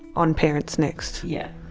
on parentsnext. yeah.